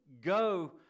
go